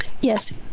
yes